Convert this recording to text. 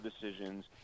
decisions